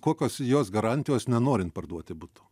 kokios jos garantijos nenorint parduoti buto